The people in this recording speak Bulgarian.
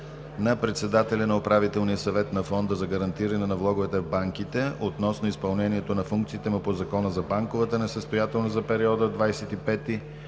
на председателя на Управителния съвет на Фонда за гарантиране на влоговете в банките относно изпълнението на функциите му по Закона за банковата несъстоятелност за периода 25